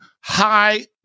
high